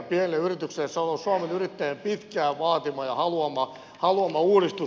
se on ollut suomen yrittäjien pitkään vaatima ja haluama uudistus